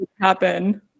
happen